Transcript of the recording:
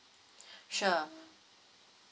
sure